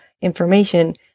information